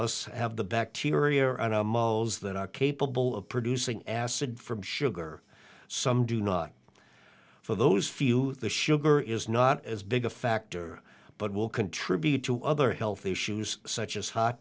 us have the bacteria are on our moles that are capable of producing acid from sugar some do not for those few the sugar is not as big a factor but will contribute to other health issues such as h